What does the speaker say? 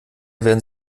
werden